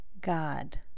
God